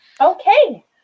Okay